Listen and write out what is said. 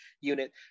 unit